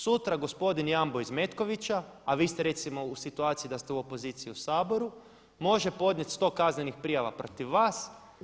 Sutra gospodin Jambo iz Metkovića a vi ste recimo u situaciji da ste u opoziciji u Saboru može podnijeti 100 kaznenih prijava protiv vas.